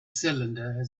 cylinder